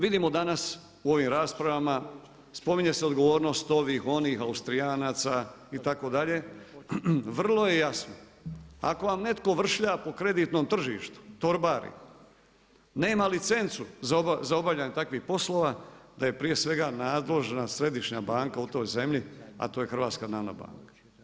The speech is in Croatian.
Vidimo danas u ovim raspravama, spominje se odgovornost, ovih, onih, Austrijanaca itd., vrlo je jasno, ako vam netko vršlja po kreditnom tržištu, torbari, nema licencu za obavljanje takvih poslova da je prije svega nadležna središnja banka u toj zemlji a to je HNB.